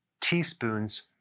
teaspoons